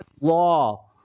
law